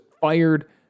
fired